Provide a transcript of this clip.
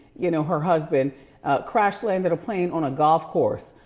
you know her husband crash landed a plane on a golf course.